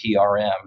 PRM